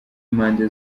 impande